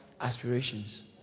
aspirations